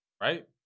Right